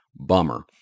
Bummer